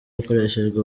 hakoreshejwe